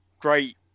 great